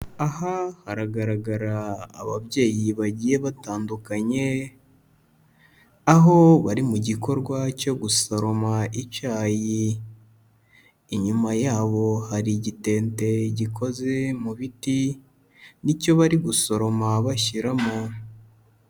Aha haragaragara ababyeyi bagiye batandukanye, aho bari mu gikorwa cyo gusoroma icyayi. Inyuma yabo, hari igitente gikoze mu biti, ni cyo bari gusoroma bashyiramo.